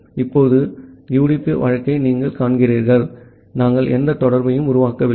இப்போது யுடிபி வழக்கை நீங்கள் காண்கிறீர்கள் நாங்கள் எந்த தொடர்பையும் உருவாக்கவில்லை